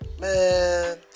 Man